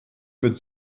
mit